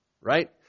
Right